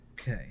Okay